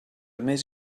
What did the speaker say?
més